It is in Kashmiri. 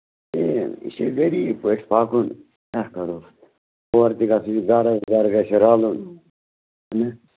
ہَے یہِ چھےٚ غریٖب پٲٹھۍ پَکُن کیٛاہ کَرو تورٕ تہِ گژھن گرٕ گرٕ گژھِ رَلُن چھُنا